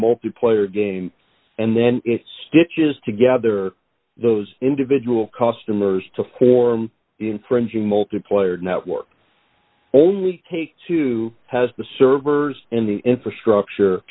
multiplayer game and then stitches together those individual customers to form infringing multiplayer network only take two has the servers in the infrastructure